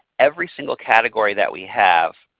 every single category that we have